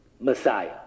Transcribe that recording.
Messiah